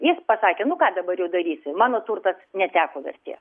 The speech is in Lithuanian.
jis pasakė nu ką dabar jau darysi mano turtas neteko vertės